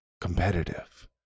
competitive